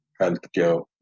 healthcare